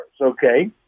okay